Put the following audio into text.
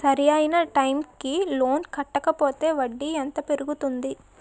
సరి అయినా టైం కి లోన్ కట్టకపోతే వడ్డీ ఎంత పెరుగుతుంది?